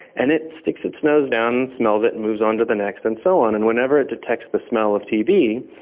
and it sticks its nose down and smells it and moves on to the next and so on. and whenever it detects the smell of tb,